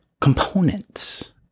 components